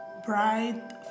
bright